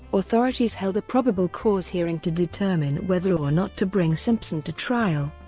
authorities held a probable cause hearing to determine whether or not to bring simpson to trial.